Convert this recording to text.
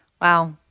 Wow